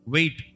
Wait